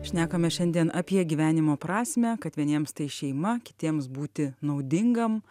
šnekame šiandien apie gyvenimo prasmę kad vieniems tai šeima kitiems būti naudingam